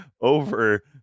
over